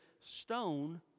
stone